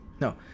no